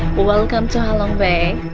welcome to halong bay